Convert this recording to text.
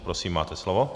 Prosím, máte slovo.